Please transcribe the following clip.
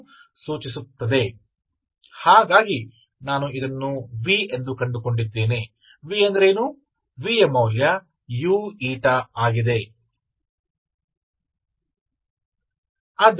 तो यह है कि यदि आप इसे डिफरेंटशीट करते हैं तो आपको यह इंटीग्रल मिलेगा